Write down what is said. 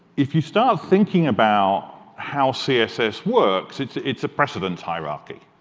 if you start thinking about how css works, it's it's a precedence hierarchy.